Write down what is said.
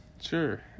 Sure